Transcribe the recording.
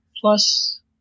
Plus